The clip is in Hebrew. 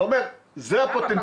אתה אומר שזה הפוטנציאל.